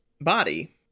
body